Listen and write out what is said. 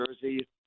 Jersey